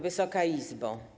Wysoka Izbo!